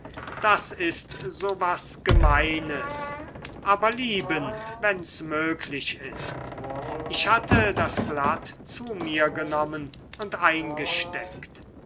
das ist so was gemeines aber lieben wenn's möglich ist ich hatte das blatt zu mir genommen und eingesteckt